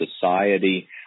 society